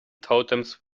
totems